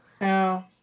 No